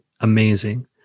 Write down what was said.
amazing